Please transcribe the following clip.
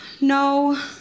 No